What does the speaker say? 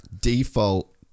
default